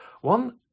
One